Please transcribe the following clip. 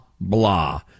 blah